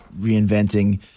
reinventing